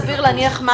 סביר להניח,